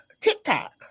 TikTok